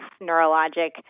neurologic